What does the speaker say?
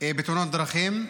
בתאונת הדרכים,